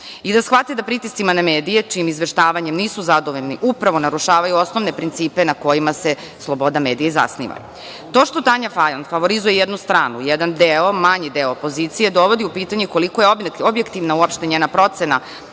i da shvate da pritiscima na medije čijim izveštavanjem nisu zadovoljni upravo narušavaju osnovne principe na kojima se sloboda medija zasniva. To što Tanja Fajon favorizuje jednu stranu, jedan deo, manji deo opozicije dovodi u pitanje koliko je objektivna uopšte njena procena